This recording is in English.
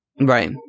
Right